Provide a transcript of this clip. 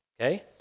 Okay